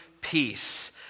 peace